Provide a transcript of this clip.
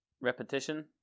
repetition